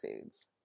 foods